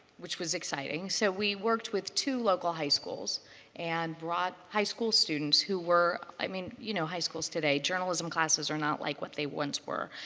which was exciting. so we worked with two local high schools and brought high school students who were i mean, you know, high schools today, journalism classes are not like what they once were.